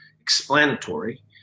explanatory